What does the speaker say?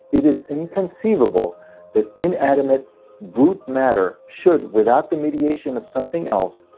it is inconceivable that inanimate brute matter should, without the mediation of something else,